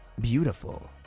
Beautiful